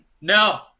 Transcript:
no